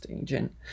agent